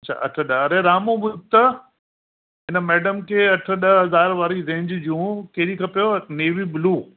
अच्छा अठ ॾह अरे रामू ॿुध त हिन मैडम खे अठ ॾह हज़ार वारी रेंज जूं कहिड़ी खपेव नेवी ब्लू